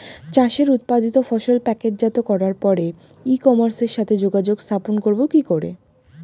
চাষের উৎপাদিত ফসল প্যাকেটজাত করার পরে ই কমার্সের সাথে যোগাযোগ স্থাপন করব কি করে?